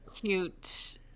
cute